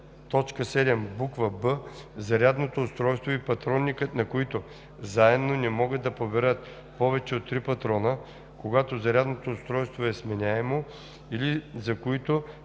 1, т. 7, буква „б“, зарядното устройство и патронникът на които заедно не могат да поберат повече от три патрона, когато зарядното устройство е сменяемо, или за които